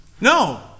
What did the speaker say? No